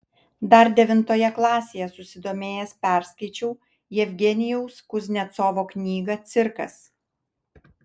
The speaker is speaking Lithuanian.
dar devintoje klasėje susidomėjęs perskaičiau jevgenijaus kuznecovo knygą cirkas